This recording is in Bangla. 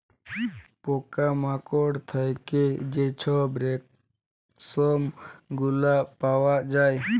পকা মাকড় থ্যাইকে যে ছব রেশম গুলা পাউয়া যায়